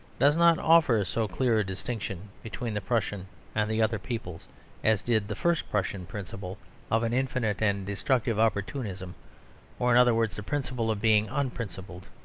does not offer so clear a distinction between the prussian and the other peoples as did the first prussian principle of an infinite and destructive opportunism or, in other words, the principle of being unprincipled.